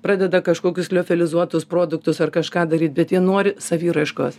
pradeda kažkokius liofilizuotus produktus ar kažką daryt bet jie nori saviraiškos